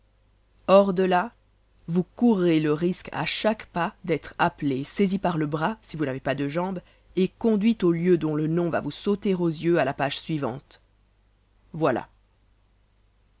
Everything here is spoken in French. hors de là vous courrez le risque à chaque pas d'être appelé saisi par le bras si vous n'avez pas de jambes et conduit au lieu dont le nom va vous sauter aux yeux à la page suivante voilà